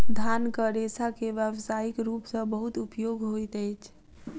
धानक रेशा के व्यावसायिक रूप सॅ बहुत उपयोग होइत अछि